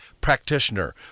practitioner